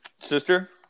sister